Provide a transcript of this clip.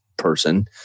person